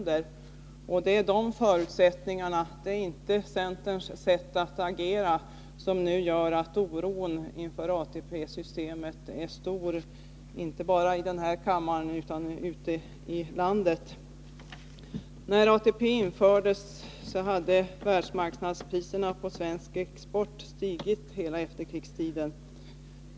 Det är dessa förutsättningar och inte centerns sätt att reagera som nu gör att oron inför ATP-systemet är stor, inte bara i den här kammaren utan även ute i landet. När ATP infördes hade världsmarknadspriserna på svensk export stigit under hela efterkrigstiden.